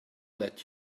let